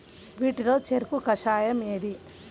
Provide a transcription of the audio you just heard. వీటిలో చెరకు కషాయం ఏది?